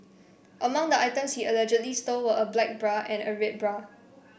among the items he allegedly stole were a black bra and a red bra